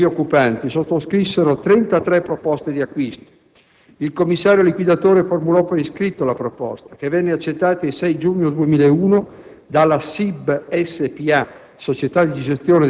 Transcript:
I soci e gli occupanti sottoscrissero 33 proposte di acquisto; il commissario liquidatore formulò per iscritto la proposta, che venne accettata il 6 giugno 2001 dalla SIB spa,